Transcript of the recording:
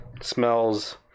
Smells